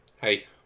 Hey